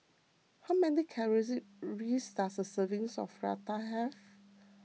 how many does a serving of Raita have